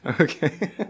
Okay